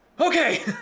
Okay